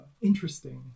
interesting